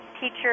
teacher